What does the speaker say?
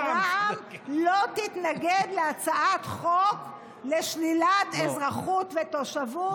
שרע"מ לא תתנגד להצעת חוק לשלילת אזרחות ותושבות.